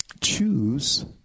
choose